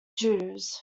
jews